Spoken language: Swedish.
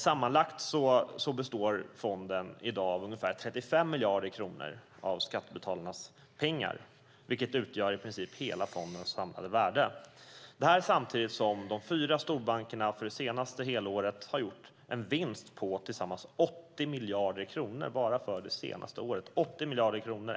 Sammanlagt består fonden i dag av ungefär 35 miljarder kronor av skattebetalarnas pengar, vilket utgör i princip hela fondens samlade värde - detta samtidigt som de fyra storbankerna för det senaste helåret har gjort en vinst på tillsammans 80 miljarder kronor.